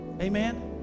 Amen